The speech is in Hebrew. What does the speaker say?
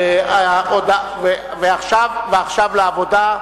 עכשיו לעבודה.